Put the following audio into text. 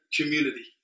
community